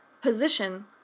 position